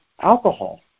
alcohol